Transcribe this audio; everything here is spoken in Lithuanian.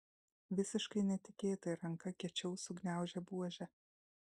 visiškai netikėtai ranka kiečiau sugniaužė buožę